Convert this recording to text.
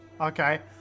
okay